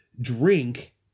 drink